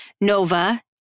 Nova